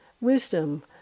wisdom